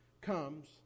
comes